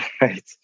right